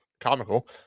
comical